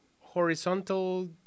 horizontal